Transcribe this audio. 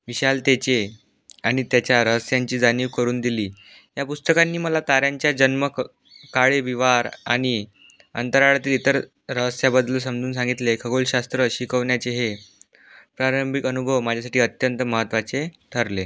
विशालतेचे आणि त्याच्या रहस्यांची जाणीव करून दिली या पुस्तकांनी मला तारांच्या जन्म क काळेविवाहार आणि अंतराळातील इतर रहस्याबद्दल समजून सांगितले खगोलशास्त्र शिकवण्याचे हे प्रारंभिक अनुभव माझ्यासाठी अत्यंत महत्त्वाचे ठरले